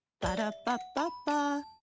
Ba-da-ba-ba-ba